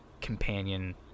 companion